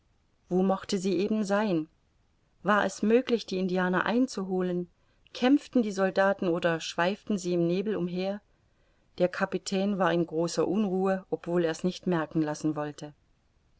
wo mochte sie eben sein war es möglich die indianer einzuholen kämpften die soldaten oder schweiften sie im nebel umher der kapitän war in großer unruhe obwohl er's nicht merken lassen wollte